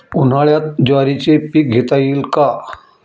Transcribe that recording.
उन्हाळ्यात ज्वारीचे पीक घेता येईल का?